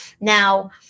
Now